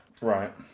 Right